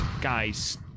guys